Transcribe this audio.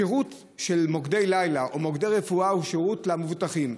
שירות של מוקדי לילה או מוקדי רפואה הוא שירות למבוטחים.